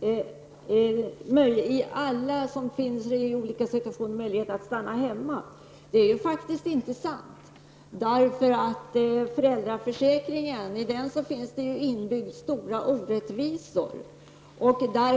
människor med små barn möjlighet att stanna hemma. Det är faktiskt inte sant. I föräldraförsäkringen finns det nämligen stora orättvisor inbyggda.